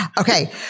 Okay